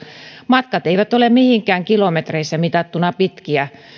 matkat eivät ole mihinkään kilometreissä mitattuna pitkiä